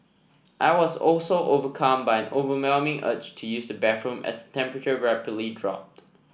I was also overcome by overwhelming urge to use the bathroom as the temperature rapidly dropped